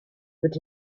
that